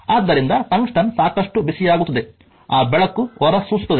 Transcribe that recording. ಆದ್ದರಿಂದ ಟಂಗ್ಸ್ಟನ್ ಸಾಕಷ್ಟು ಬಿಸಿಯಾಗುತ್ತದೆ ಆ ಬೆಳಕು ಹೊರಸೂಸುತ್ತದೆ